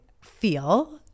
feel